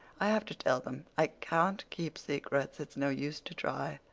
i have to tell them. i can't keep secrets it's no use to try.